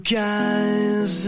guys